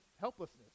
helplessness